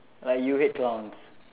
like you hate clowns